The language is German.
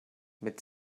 mit